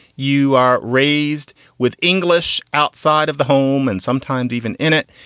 you are raised with english outside of the home and sometimes even in it.